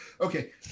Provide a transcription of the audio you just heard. Okay